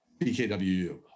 BKWU